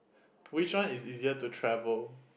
which one is easier to travel